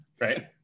right